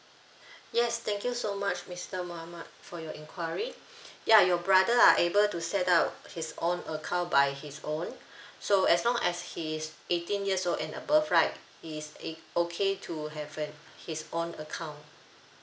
yes thank you so much mister mohammad for your enquiry ya your brother are able to set out his own account by his own so as long as he is eighteen years old and above right he is okay to have an his own account